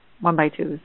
one-by-twos